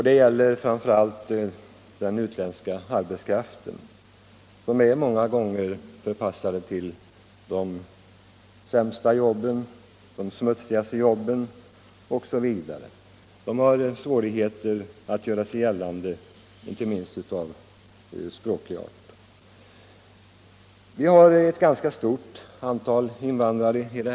Det gäller framför allt den utländska arbetskraften, som många gånger är hänvisad till de sämsta och smutsigaste jobben. Invandrarna har svårt — Nr 80 att göra sig gällande, inte minst på grund av språksvårigheterna. Onsdagen den Vi har ett ganska stort antal invandrare här i landet.